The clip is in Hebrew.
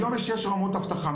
היום יש שש רמות אבטחה,